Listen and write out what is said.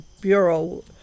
bureau